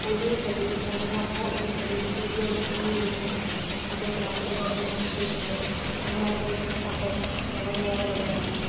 പൊതുവേ ചെടി നമ്മൾ നട്ട ഒരു ചെടിയിൽ പുതിയൊരു പൂ വിരിയുമ്പോൾ അത് രാവിലെ നമ്മളെ നോക്കി ചിരിക്കുമ്പോൾ നമ്മൾ അനുഭവിക്കുന്ന സന്തോഷം വളരെയേറെ വലുതായിരിക്കും